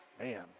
Man